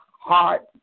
heart